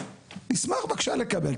אני אשמח בבקשה לקבל,